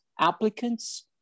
applicants